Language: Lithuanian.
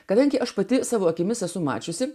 kadangi aš pati savo akimis esu mačiusi